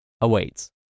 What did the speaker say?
awaits